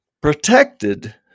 protected